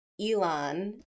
Elon